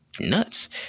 nuts